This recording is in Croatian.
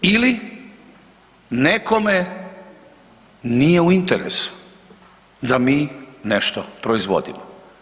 Ili nekome nije u interesu da mi nešto proizvodimo.